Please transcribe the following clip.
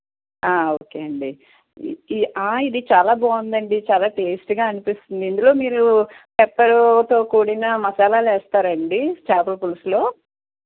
okay అండి ఇది చాలా బాగుందండి చాలా టేస్టీగా అనిపిస్తుంది ఇందులో మీరు పెప్పర్తో కూడిన మసాలాలు వేస్తారండి చేపల పులుసులో